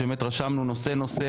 שרשמנו נושא נושא,